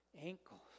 ankles